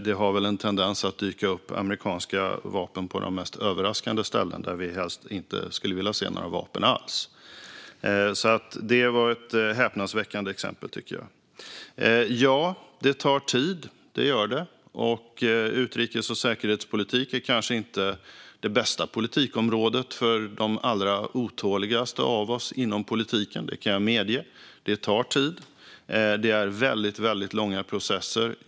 Det finns en tendens att amerikanska vapen dyker upp på de mest överraskande ställen där vi helst inte skulle vilja se några vapen alls. Det var ett häpnadsväckande exempel. Ja, det tar tid. Utrikes och säkerhetspolitik är kanske inte det bästa politikområdet för de allra otåligaste av oss inom politiken. Det kan jag medge. Det tar tid, och det är mycket långa processer.